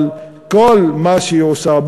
אבל כל מה שהיא עושה,